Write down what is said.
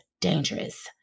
dangerous